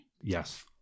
Yes